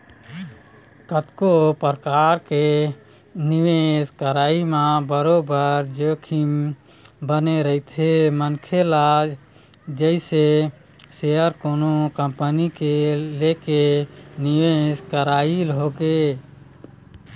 कतको परकार के निवेश करई म बरोबर जोखिम बने रहिथे मनखे ल जइसे सेयर कोनो कंपनी के लेके निवेश करई होगे